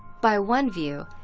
by one view,